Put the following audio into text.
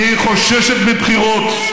כי היא חוששת מבחירות.